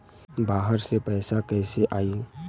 बाहर से पैसा कैसे आई?